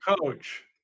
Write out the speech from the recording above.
coach